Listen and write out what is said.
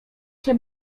się